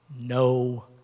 no